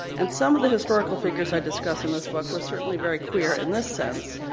and some of the historical figures i discuss in this book were certainly very queer in this sense,